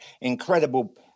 incredible